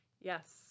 Yes